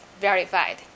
verified